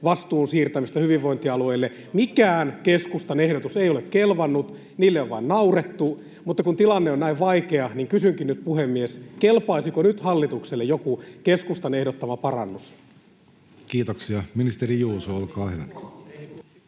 vastuun siirtämistä hyvinvointialueille. Mikään keskustan ehdotus ei ole kelvannut, [Jani Mäkelän välihuuto] niille on vain naurettu. Kun tilanne on näin vaikea, niin kysynkin nyt, puhemies: kelpaisiko nyt hallitukselle joku keskustan ehdottama parannus? [Speech 20] Speaker: Jussi Halla-aho